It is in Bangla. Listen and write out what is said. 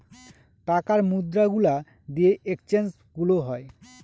টাকার মুদ্রা গুলা দিয়ে এক্সচেঞ্জ গুলো হয়